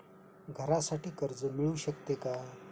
घरासाठी कर्ज मिळू शकते का?